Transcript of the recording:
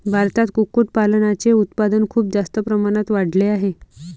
भारतात कुक्कुटपालनाचे उत्पादन खूप जास्त प्रमाणात वाढले आहे